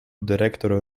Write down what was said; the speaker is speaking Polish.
dyrektor